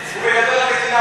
ב"לה-לה-לנד"